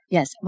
Yes